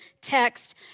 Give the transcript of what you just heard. text